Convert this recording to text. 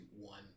one